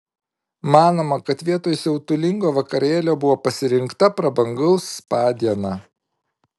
manoma kad vietoj siautulingo vakarėlio buvo pasirinkta prabangaus spa diena